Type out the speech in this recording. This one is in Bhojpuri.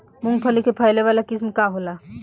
मूँगफली के फैले वाला किस्म का होला?